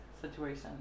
Situation